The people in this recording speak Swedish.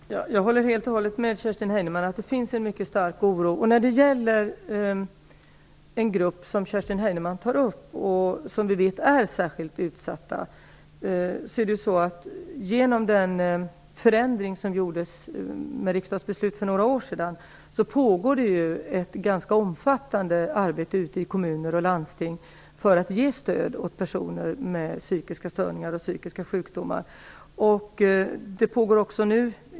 Herr talman! Jag håller helt och hållet med Kerstin Heinemann om att det finns en mycket stark oro. Jag vill säga något om en grupp som Kerstin Heinemann tar upp och som vi vet är särskilt utsatta. Genom den förändring som gjordes genom riksdagens beslut för några år sedan pågår det ett ganska omfattande arbete ute i kommuner och landsting för att ge stöd åt personer med psykiska störningar och sjukdomar. Det pågår också nu.